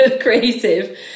creative